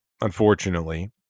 unfortunately